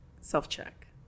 self-check